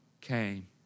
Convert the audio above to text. came